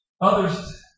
Others